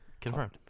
Confirmed